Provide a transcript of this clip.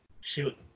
shoot